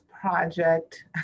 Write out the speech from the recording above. project